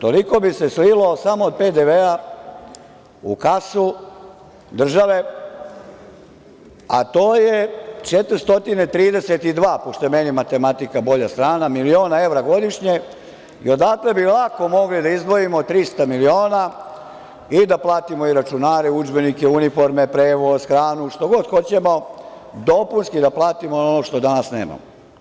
Toliko bi se slilo samo od PDV-a u kasu države, a to je 432 miliona evra godišnje i odatle bi lako mogli da izdvojimo 300 miliona i da platimo i računare, udžbenike, uniforme, prevoz, hranu i što god hoćemo, dopunski da platimo ono što danas nemamo.